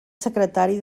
secretari